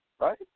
right